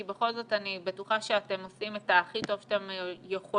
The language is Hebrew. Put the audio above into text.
כי בכל זאת אני בטוחה שאתם עושים את הכי טוב שאתם יכולים,